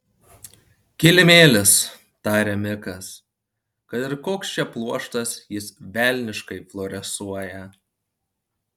kilimėlis tarė mikas kad ir koks čia pluoštas jis velniškai fluorescuoja